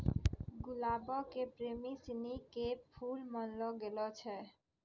गुलाबो के प्रेमी सिनी के फुल मानलो गेलो छै